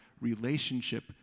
relationship